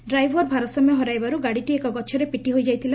driver ଭାରସାମ୍ୟ ହରାଇବାରୁ ଗାଡ଼ିଟି ଏକ ଗଛରେ ପିଟି ହୋଇଯାଇଥିଲା